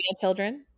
children